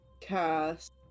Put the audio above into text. cast